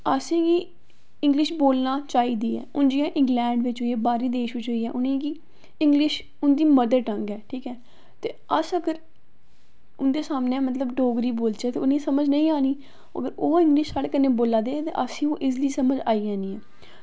असें गी बी इंग्लिश बोलना चाहिदी ऐ जि'यां इंग्लैंड बिच्च होइया बाह्र देश बिच्च इंग्लिश उं'दी मदर टंग ऐ ते अस अगर उं'दे सामनै अगर डोगरी च बोलचै ते उ'नें गी समझ नेईं आनी ते ओह् इंग्लिश अगर साढ़े कन्नै बोला दे ते असेंगी ओह् इज़ली समझ आई जानी ऐ